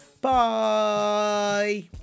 Bye